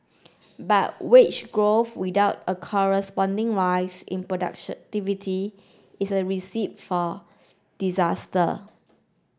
but wage growth without a corresponding rise in productiontivity is a recipe for disaster